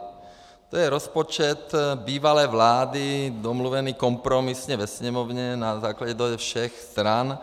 To je rozpočet bývalé vlády domluvený kompromisně ve Sněmovně na základě dohody všech stran.